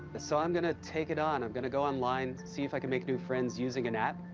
so i'm gonna take it on. i'm gonna go online, see if i can make new friends using an app,